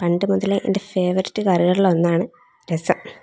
പണ്ട് മുതലേ എൻ്റെ ഫേവറേറ്റ് കറികളിലൊന്നാണ് രസം